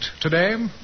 today